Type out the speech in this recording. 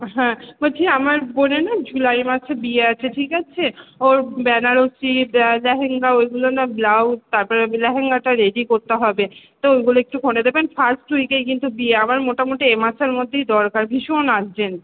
হ্যাঁ বলছি আমার বোনের না জুলাই মাসে বিয়ে আছে ঠিক আছে ওর বেনারসি লাহেঙ্গা ওইগুলো না ব্লাউজ তারপরে লাহেঙ্গাটা রেডি করতে হবে তো ওগুলো একটু করে দেবেন ফার্স্ট উইকেই কিন্তু বিয়ে আমার মোটামুটি এ মাসের মধ্যেই দরকার ভীষণ আর্জেন্ট